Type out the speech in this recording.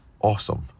awesome